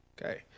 Okay